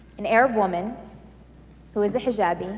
an arab woman who is a hijabi,